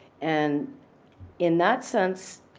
and in that sense,